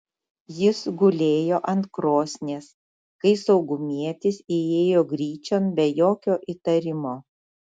jis gulėjo ant krosnies kai saugumietis įėjo gryčion be jokio įtarimo